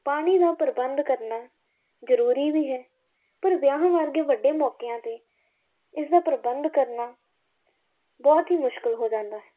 ਪਾਣੀ ਦਾ ਪ੍ਰਬੰਧ ਕਰਨਾ ਜਰੂਰੀ ਵੀ ਹੈ ਪਰ ਵਿਆਹ ਵਰਗੇ ਵੱਡੇ ਮੌਕਿਆਂ 'ਤੇ ਇਸ ਦਾ ਪ੍ਰਬੰਧ ਕਰਨਾ ਬਹੁਤ ਹੀ ਮੁਸ਼ਕਿਲ ਹੋ ਜਾਂਦਾ